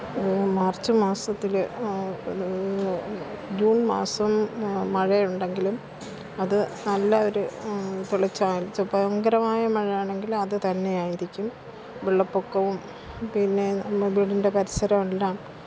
March മാസത്തിൽ ഇത് June മാസം മഴ ഉണ്ടെങ്കിലും അതു നല്ല ഒരു പൊളിച്ചമായിച്ചപ്പയങ്കരമായ മഴ ആണെങ്കിൽ അതു തന്നെയായിരിക്കും വെള്ളപ്പൊക്കവും പിന്നെ നമ്മ് വീടിന്റെ പരിസരമെല്ലാം